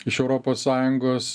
iš europos sąjungos